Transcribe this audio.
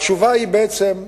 התשובה היא בעצם האופי,